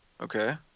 Okay